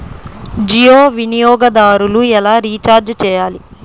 జియో వినియోగదారులు ఎలా రీఛార్జ్ చేయాలి?